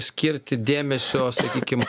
skirti dėmesio sakykim